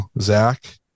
Zach